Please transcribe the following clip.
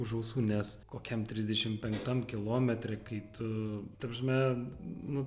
už ausų nes kokiam trisdešim penktam kilometre kai tu ta prasme nu